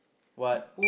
what